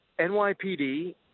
NYPD